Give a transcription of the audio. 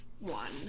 One